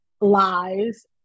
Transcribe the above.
lies